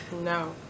No